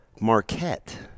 Marquette